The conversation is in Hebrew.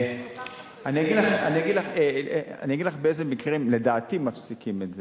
אני אגיד לך באיזה מקרים לדעתי מפסיקים את זה,